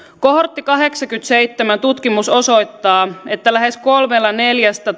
kohortti kahdeksankymmentäseitsemän tutkimus osoittaa että lähes kolmella neljästä